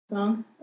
Song